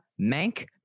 Mank